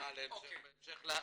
--- בהמשך ל-